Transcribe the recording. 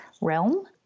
realm